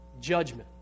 judgment